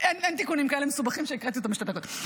אין תיקונים כאלה מסובכים שהקראתי אותם בשתי דקות.